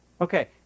Okay